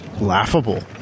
laughable